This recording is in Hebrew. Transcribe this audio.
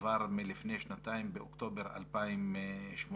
כבר מלפני שנתיים, באוקטובר 2018,